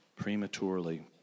prematurely